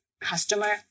customer